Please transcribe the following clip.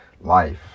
life